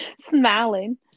Smiling